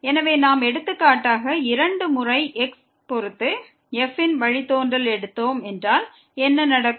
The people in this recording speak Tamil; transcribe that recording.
எனவே நாம் எடுத்துக்காட்டாக இரண்டு முறை x பொறுத்து f ன் வழித்தோன்றலை எடுத்தோம் என்றால் என்ன நடக்கும்